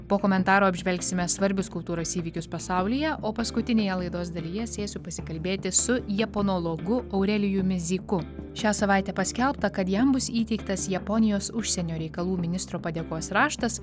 po komentaro apžvelgsime svarbius kultūros įvykius pasaulyje o paskutinėje laidos dalyje sėsiu pasikalbėti su japonologu aurelijumi zyku šią savaitę paskelbta kad jam bus įteiktas japonijos užsienio reikalų ministro padėkos raštas